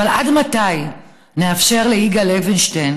אבל עד מתי נאפשר ליגאל לוינשטיין